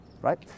right